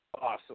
Awesome